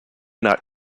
not